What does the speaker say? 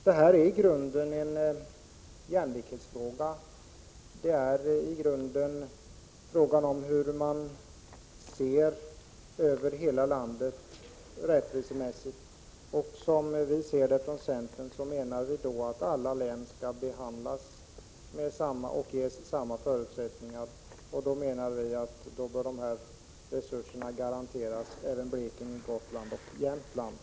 Detta är i grunden en jämlikhetsfråga och en fråga om hur man från rättvisesynpunkt ser på de resurser länsstyrelserna över hela landet har. Enligt centerns mening skall alla län behandlas lika och ges samma förutsättningar. Då bör dessa resurser garanteras även Blekinge, Gotland och Jämtland.